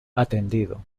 atendido